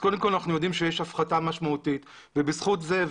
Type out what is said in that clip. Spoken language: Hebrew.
אז קודם כל אנחנו יודעים שיש הפחתה משמעותית ובזכות זה,